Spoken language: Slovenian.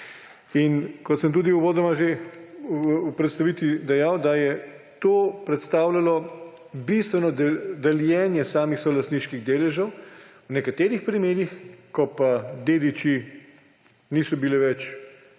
Kot sem tudi uvodoma že v predstavitvi dejal, je to predstavljalo bistveno deljenje samih solastniških deležev. V nekaterih primerih, ko pa dediščina ni imela več